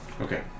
Okay